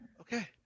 Okay